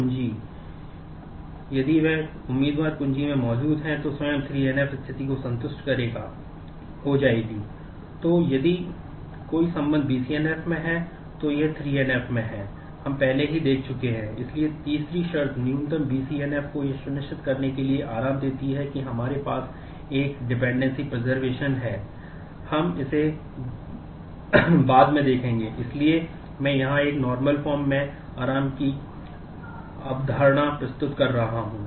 कुछ स्कीमा में आराम की अवधारणा प्रस्तुत कर रहा हूँ